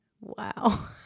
Wow